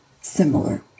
similar